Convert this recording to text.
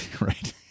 Right